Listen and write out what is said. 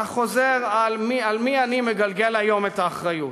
אתה חוזר: על מי אני מגלגל היום את האחריות.